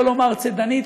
שלא לומר צידנית,